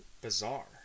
Bizarre